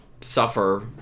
suffer